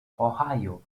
ohio